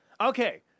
Okay